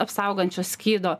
apsaugančio skydo